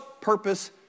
purpose